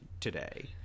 today